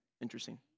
Interesting